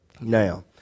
Now